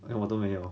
then 我都没有